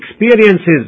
experiences